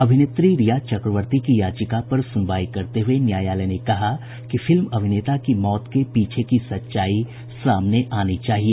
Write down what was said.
अभिनेत्री रिया चक्रवर्ती की याचिका पर सुनवाई करते हुए न्यायालय ने कहा कि फिल्म अभिनेता की मौत के पीछे की सच्चाई सामने आनी चाहिए